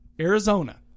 Arizona